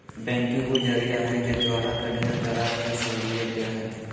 banking उ जरिया है जे तोहरा के ढेर तरह के सहूलियत देह हइ